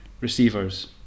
receivers